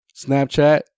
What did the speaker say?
Snapchat